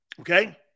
okay